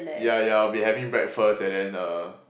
ya ya I'll be having breakfast and then uh